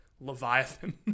leviathan